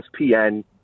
ESPN